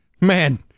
man